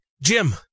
Jim